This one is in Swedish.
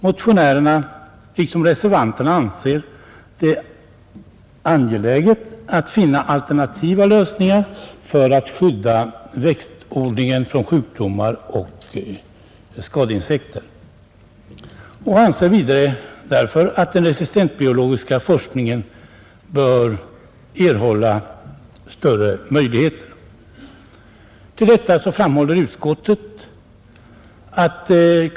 Motionärerna liksom reservanterna anser det angeläget att finna alternativa lösningar för att skydda växtodlingen från sjukdomar och skadeinsekter. Man anser därför vidare att den resistensbiologiska forskningen bör erhålla större möjligheter. Mot detta framhåller utskottet att ”Kungl.